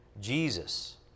Jesus